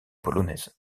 polonaise